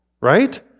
right